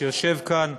שיושב כאן,